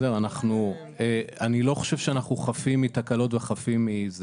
אני חושב שאנחנו לא חפים מתקלות וטעויות.